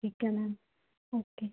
ठीक है ma'am okay